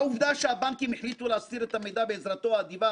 העובדה שהבנקים החליטו להסתיר את המידע בעזרתו האדיבה